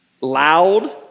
loud